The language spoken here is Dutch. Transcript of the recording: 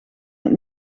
het